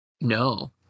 No